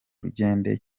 rugende